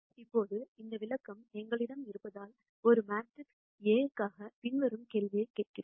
இப்போது இந்த விளக்கம் எங்களிடம் இருப்பதால் ஒரு மேட்ரிக்ஸ் ஏ க்காக பின்வரும் கேள்வியைக் கேட்கிறோம்